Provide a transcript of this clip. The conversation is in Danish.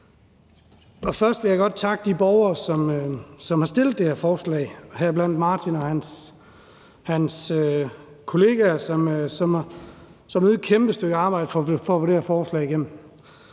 Først vil jeg godt takke de borgere, som har stillet det her forslag, heriblandt Martin og hans kollegaer, som har ydet et kæmpe stykke arbejde for at få det her forslag igennem.